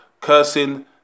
cursing